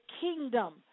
kingdom